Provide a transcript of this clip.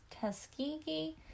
Tuskegee